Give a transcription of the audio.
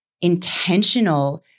intentional